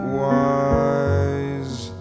wise